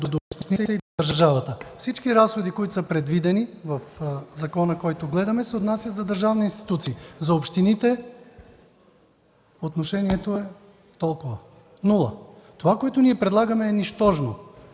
между общините и държавата. Всички разходи, предвидени в закона, който гледаме, се отнасят за държавни институции. За общините отношението е нула. Това, което ние предлагаме, е нищожно.